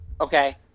okay